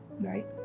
Right